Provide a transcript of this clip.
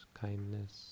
kindness